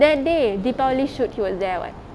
that day deepavali shoot he was there [what]